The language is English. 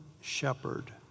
shepherd